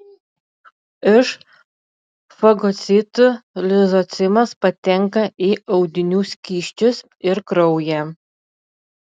iš fagocitų lizocimas patenka į audinių skysčius ir kraują